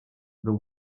the